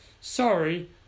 sorry